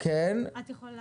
התפקיד